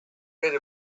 rid